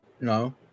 No